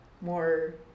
more